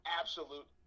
absolute